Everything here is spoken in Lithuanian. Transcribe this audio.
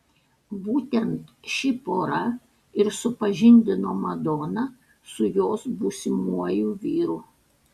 būtent ši pora ir supažindino madoną su jos būsimuoju vyru